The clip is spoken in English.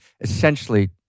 essentially